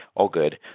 all good.